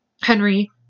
Henry